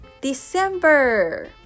December